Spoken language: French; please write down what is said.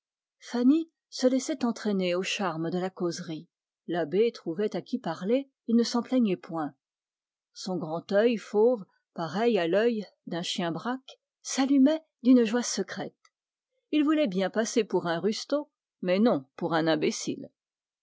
fanny se laissait entraîner au charme de la causerie l'abbé trouvait à qui parler il ne s'en plaignait point son grand œil fauve pareil à l'œil d'un chien braque s'allumait d'une joie secrète il voulait bien passer pour un rustaud mais non pour un imbécile